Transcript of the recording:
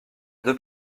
deux